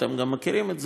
אתם גם מכירים את זה.